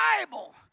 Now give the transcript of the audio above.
Bible